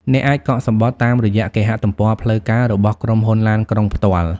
អ្នកអាច កក់សំបុត្រតាមរយៈគេហទំព័រផ្លូវការរបស់ក្រុមហ៊ុនឡានក្រុង ផ្ទាល់។